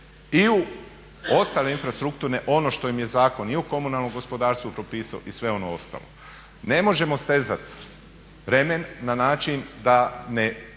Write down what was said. i u ostale infrastrukturne ono što im je Zakon i o komunalnom gospodarstvu propisao i sve ono ostalo. Ne možemo stezat remen na način da ne